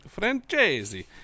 Francesi